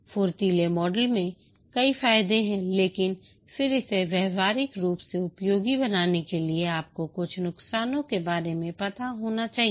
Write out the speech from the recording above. फुर्तीली मॉडल के कई फायदे हैं लेकिन फिर इसे व्यावहारिक रूप से उपयोगी बनाने के लिए आपको कुछ नुकसानों के बारे में पता होना चाहिए